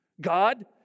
God